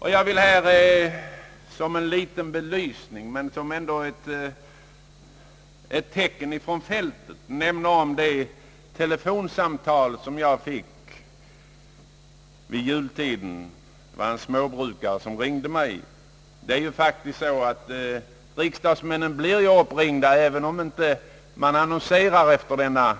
hård. Jag vill här som en liten belysning och som ett tecken från fältet nämna om ett telefonsamtal som jag fick vid jultiden. Det var en småbrukare som ringde mig — riksdagsmännen blir ju ofta uppringda, även om de inte annonserar efter det.